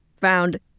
found